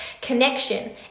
Connection